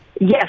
Yes